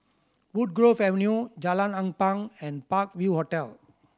Woodgrove Avenue Jalan Ampang and Park View Hotel